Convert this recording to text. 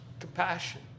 compassion